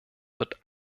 wird